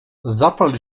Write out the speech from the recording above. zapal